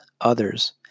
others